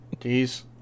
Jeez